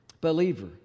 believer